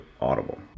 Audible